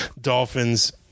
Dolphins